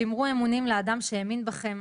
"..שמרו אמונים לאדם שהאמין בכם.